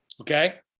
Okay